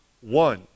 one